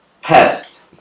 Pest